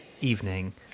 evening